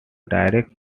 directs